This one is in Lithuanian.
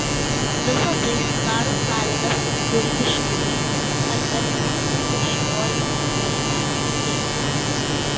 visa tai sudaro sąlygas kūrybiškumui alternatyvų ieškojimui bei darbui kaip menui